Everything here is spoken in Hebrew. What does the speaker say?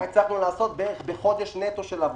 הצלחנו לעשות בערך בחודש נטו של עבודה.